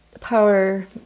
power